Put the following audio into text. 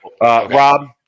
Rob